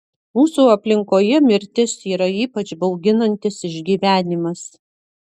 mūsų aplinkoje mirtis yra ypač bauginantis išgyvenimas